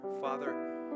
Father